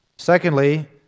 Secondly